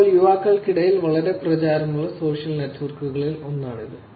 ഇപ്പോൾ യുവാക്കൾക്കിടയിൽ വളരെ പ്രചാരമുള്ള സോഷ്യൽ നെറ്റ്വർക്കുകളിൽ ഒന്നാണിത്